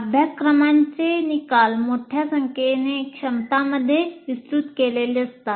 अभ्यासक्रमाचे निकाल मोठ्या संख्येने क्षमतांमध्ये विस्तृत केलेले असतात